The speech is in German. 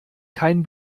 kein